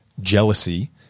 jealousy